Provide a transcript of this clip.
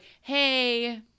Hey